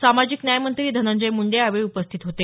सामाजिक न्याय मंत्री धनंजय म्ंडे यावेळी उपस्थित होते